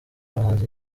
bahanzi